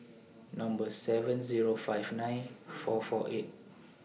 Number seven Zero five nine four four eight